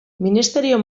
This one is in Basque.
ministerio